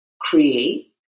create